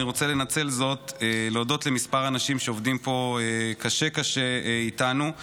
אני רוצה לנצל זאת להודות למספר אנשים שעובדים פה קשה קשה איתנו,